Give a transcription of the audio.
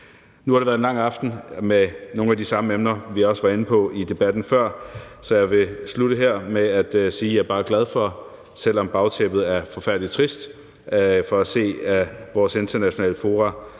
Nu har det været en lang aften med nogle af de samme emner, som vi også var inde på i debatten før, så jeg vil slutte her med at sige, at jeg bare er glad for, selv om bagtæppet er forfærdelig trist, at se, at vores internationale fora